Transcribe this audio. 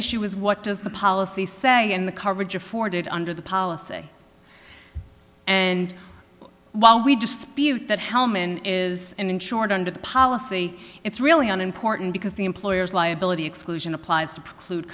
issue is what does the policy say in the coverage afforded under the policy and while we just viewed that hellmann is insured under the policy it's really an important because the employers liability exclusion applies